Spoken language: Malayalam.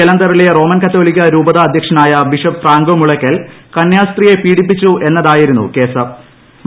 ജലന്ധറിലെ റോ്മൻ കത്തോലിക്ക രൂപതാ അധ്യക്ഷനായ ബിഷപ്പ് ഫ്രാങ്കോ മുളക്കൽ കന്യാസ്ത്രീയെ പീഡിപ്പിച്ചു എന്നതായിരുന്നു കേസ്